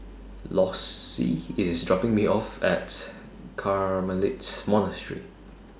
Lossie IS dropping Me off At Carmelite Monastery